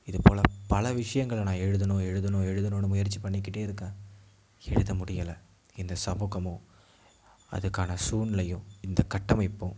இதுப்போல் பல விஷயங்கள நான் எழுதணும் எழுதணும் எழுதணும்னு முயற்சி பண்ணிக்கிட்டே இருக்கேன் எழுத முடியலை இந்த சமூகமும் அதுக்கான சூழ்நிலையும் இந்த கட்டமைப்பும்